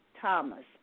Thomas